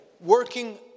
working